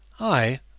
I